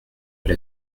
elle